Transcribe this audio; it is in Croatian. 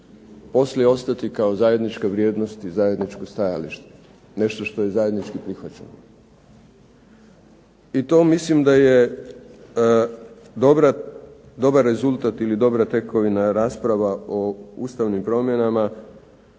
poslije ostati kao zajednička vrijednost i zajedničko stajalište, nešto što je zajednički prihvaćeno. I to mislim da je dobar rezultat ili dobra tekovina rasprava o Ustavnim promjenama,